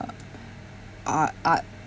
uh a~ art